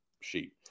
sheet